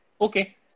okay